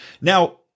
Now